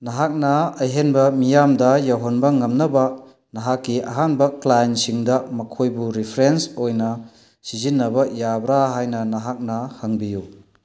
ꯅꯍꯥꯛꯅ ꯑꯍꯦꯟꯕ ꯃꯤꯌꯥꯝꯗ ꯌꯧꯍꯟꯕ ꯉꯝꯅꯕ ꯅꯍꯥꯛꯀꯤ ꯑꯍꯥꯟꯕ ꯀ꯭ꯂꯥꯏꯟꯁꯤꯡꯗ ꯃꯈꯣꯏꯕꯨ ꯔꯤꯐ꯭ꯔꯦꯟꯁ ꯑꯣꯏꯅ ꯁꯤꯖꯤꯟꯅꯕ ꯌꯥꯕ꯭ꯔꯥ ꯍꯥꯏꯅ ꯅꯍꯥꯛꯅ ꯍꯪꯕꯤꯌꯨ